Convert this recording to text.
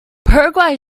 paraguay